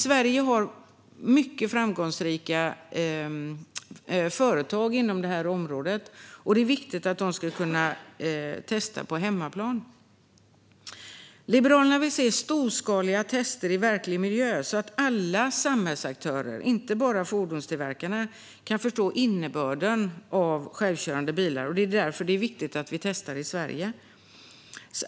Sverige har mycket framgångsrika företag inom detta område, och det är viktigt att de kan testa på hemmaplan. Liberalerna vill se storskaliga tester i verklig miljö så att alla samhällsaktörer, inte bara fordonstillverkarna, kan förstå innebörden av självkörande bilar. Det är därför det är viktigt att vi testar i Sverige.